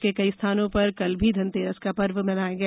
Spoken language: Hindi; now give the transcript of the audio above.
प्रदेश के कई स्थानों पर कल भी धनतेरस का पर्व मनाया गया